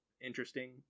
interesting